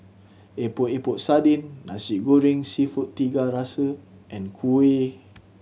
Epok Epok Sardin Nasi Goreng Seafood Tiga Rasa and kuih